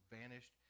vanished